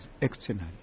external